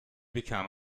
become